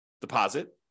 deposit